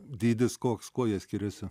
dydis koks kuo jie skiriasi